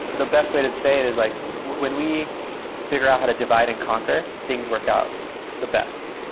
but the best way to say it is like when we figure out how to divide and conquer, things work out the best.